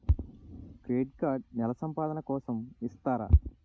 Credit card నెల సంపాదన కోసం ఇస్తారా?